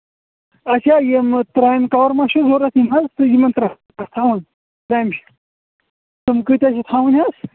اچھا یِم ترٛامہِ کَوَر ما چھ ضروٗرت یِم حظ یِم ترٛامٮ۪ن پٮ۪ٹھ تھاوان تِم کۭتیاہ چھِ تھاوٕنۍ حظ